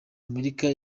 amerika